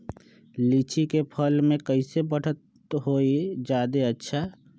लिचि क फल म कईसे बढ़त होई जादे अच्छा?